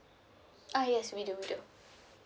ah yes we do we do